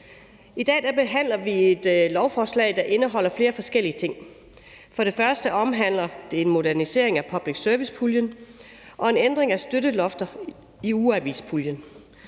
I dag behandler vi et lovforslag, der indeholder flere forskellige ting. Først og fremmest omhandler det en modernisering af public service-puljen og en ændring af støttelofter i ugeavispuljen.